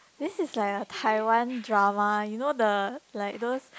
this is like a Taiwan drama you know the like those